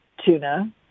tuna